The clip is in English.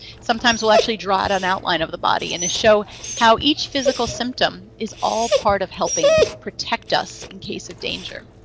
sometimes we'll actually draw out an outline of the body and to show how each physical symptom is all part of helping protect us in case of danger.